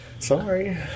Sorry